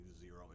zero